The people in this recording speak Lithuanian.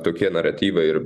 tokie naratyvai ir